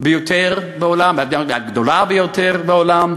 ביותר בעולם והגדולה ביותר בעולם,